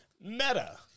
meta